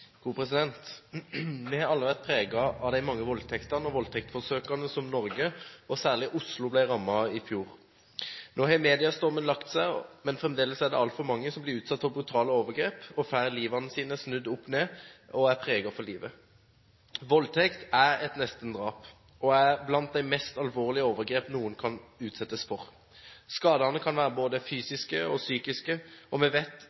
Vi har alle vært preget av de mange voldtektene og voldtektsforsøkene som Norge og særlig Oslo ble rammet av i fjor. Nå har mediestormen lagt seg, men fremdeles er det altfor mange som blir utsatt for brutale overgrep og får livet snudd opp ned og blir preget for livet. Voldtekt er et nestendrap og er blant de mest alvorlige overgrep noen kan utsettes for. Skadene kan være både fysiske og psykiske, og vi vet